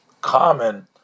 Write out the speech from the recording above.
common